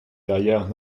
derrière